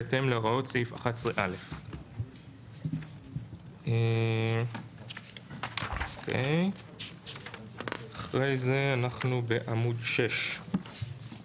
בהתאם להוראות סעיף 11א.". אחרי זה אנחנו בעמ' 6,